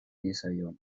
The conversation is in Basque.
diezaion